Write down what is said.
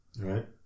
Right